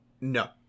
No